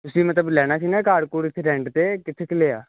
ਤੁਸੀਂ ਮਤਲਬ ਲੈਣਾ ਸੀ ਨਾ ਘਰ ਘੁਰ ਇੱਥੇ ਰੈਂਟ 'ਤੇ ਕਿੱਥੇ ਕੁ ਲਿਆ